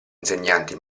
insegnanti